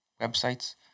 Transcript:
websites